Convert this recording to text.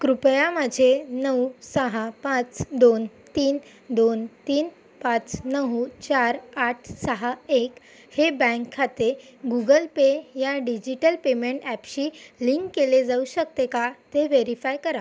कृपया माझे नऊ सहा पाच दोन तीन दोन तीन पाच नऊ चार आठ सहा एक हे बँक खाते गुगल पे या डिजिटल पेमेंट ॲपशी लिंक केले जाऊ शकते का ते वेरीफाय करा